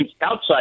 outside